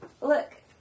Look